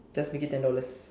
just make it ten dollars